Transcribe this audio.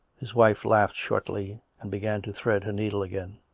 his wife laughed shortly and began to thread her needle again.